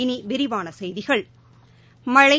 இனி விரிவான செய்திகள் மழை